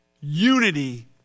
unity